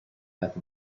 methods